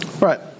Right